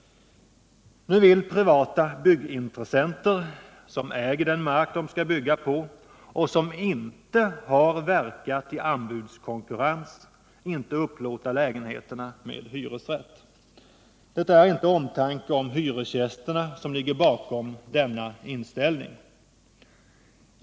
Nu vill privata byggintressenter, som äger den mark de skall bygga på och inte har verkat i anbudskonkurrens, inte upplåta lägenheter med hyresrätt. Det är inte omtanke om hyresgästerna som ligger bakom denna inställning.